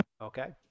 okay